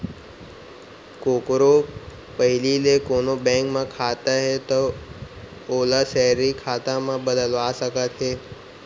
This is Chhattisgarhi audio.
कोकरो पहिली ले कोनों बेंक म खाता हे तौ ओला सेलरी खाता म बदलवा सकत हे